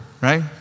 right